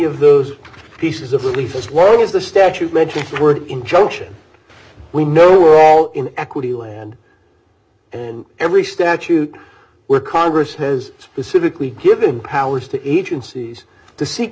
of those pieces of relief as well as the statute legend's word injunction we know we're all in equity land and every statute where congress has specifically given powers to agencies to see